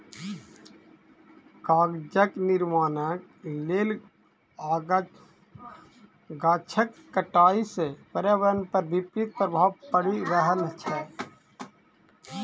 कागजक निर्माणक लेल गाछक कटाइ सॅ पर्यावरण पर विपरीत प्रभाव पड़ि रहल छै